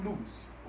lose